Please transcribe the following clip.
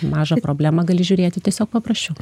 į mažą problemą gali žiūrėti tiesiog paprasčiau